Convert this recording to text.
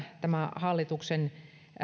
tämä hallituksen